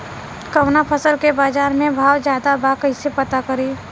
कवना फसल के बाजार में भाव ज्यादा बा कैसे पता करि?